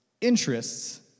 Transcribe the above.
interests